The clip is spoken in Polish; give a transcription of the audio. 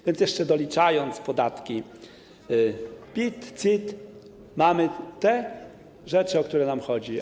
Więc jeszcze doliczając podatki PIT, CIT, mamy te rzeczy, o które nam chodzi.